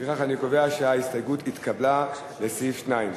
לפיכך אני קובע שההסתייגות לסעיף 2 התקבלה.